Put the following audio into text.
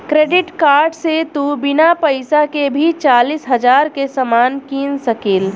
credit card से तू बिना पइसा के भी चालीस हज़ार के सामान किन सकेल